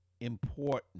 Important